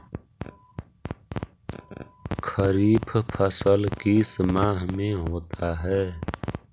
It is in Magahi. खरिफ फसल किस माह में होता है?